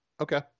Okay